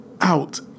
out